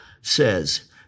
says